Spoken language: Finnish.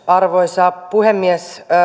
arvoisa puhemies